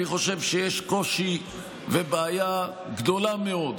אני חושב שיש קושי ובעיה גדולה מאוד,